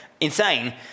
insane